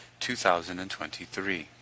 2023